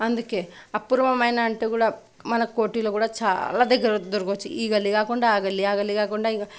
అందుకే అపూర్వమైన అంటే కూడా మన కోటిలో కూడా చాలా దగ్గర దొరకవచ్చు ఈ గల్లీ కాకుండా ఆ గల్లీ ఆ గల్లీ కాకుండా ఈ గల్లీ